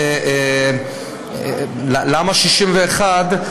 למה 61?